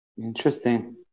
Interesting